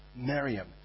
Miriam